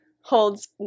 holds